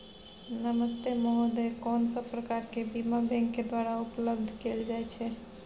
नमस्ते महोदय, कोन सब प्रकार के बीमा बैंक के द्वारा उपलब्ध कैल जाए छै?